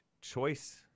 choice